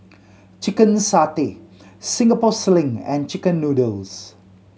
chicken satay Singapore Sling and chicken noodles